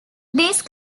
these